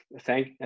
Thank